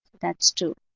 that's two.